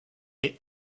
est